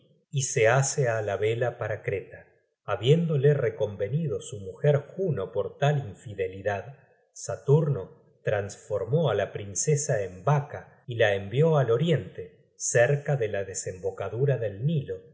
y se hace á la vela para creta habiéndole reconvenido su mujer juno por tal infidelidad saturno trasformó á la princesa en vaca y la envió al oriente cerca de la desembocadura del nilo